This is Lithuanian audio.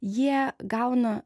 jie gauna